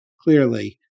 Clearly